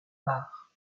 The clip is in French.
barre